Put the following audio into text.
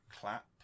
clap